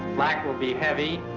flak will be heavy,